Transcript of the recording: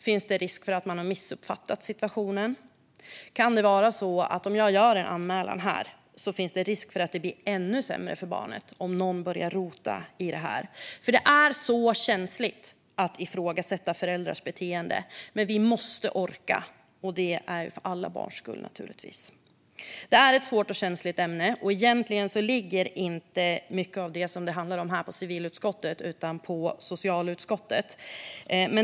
Finns det risk för att man har missuppfattat situationen? Kan det finnas risk för att det blir ännu sämre för barnet om jag gör en anmälan och någon börjar rota i det hela? Det är väldigt känsligt att ifrågasätta föräldrars beteende, men för alla barns skull måste vi orka. Detta är ett svårt och känsligt ämne. Mycket av vad detta handlar om ligger egentligen inte på civilutskottet utan på socialutskottet.